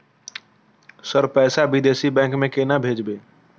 Sir पैसा विदेशी bank में केना भेजबे?